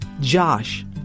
Josh